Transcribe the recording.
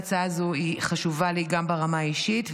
ההצעה הזו חשובה לי גם ברמה האישית,